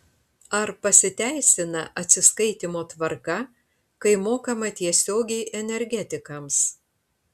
ar pasiteisina atsiskaitymo tvarka kai mokama tiesiogiai energetikams